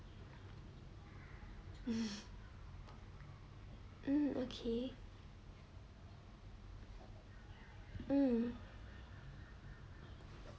um okay um